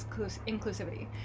inclusivity